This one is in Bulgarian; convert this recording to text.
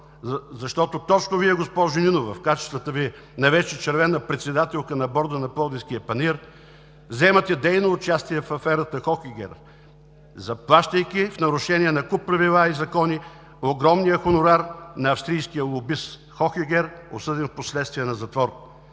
защото точно Вие, госпожо Нинова, в качествата Ви на вече червена председателка на борда на Пловдивския панаир, вземате дейно участие в аферата „Хохегер“, заплащайки, в нарушение на куп правила и закони, огромния хонорар на австрийския лобист Хохегер, осъден впоследствие на затвор.